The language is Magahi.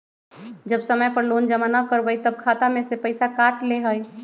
जब समय पर लोन जमा न करवई तब खाता में से पईसा काट लेहई?